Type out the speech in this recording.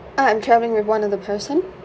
uh I'm travelling with one other person